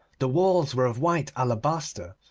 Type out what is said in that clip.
the walls were of white alabaster,